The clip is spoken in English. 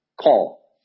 call